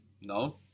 no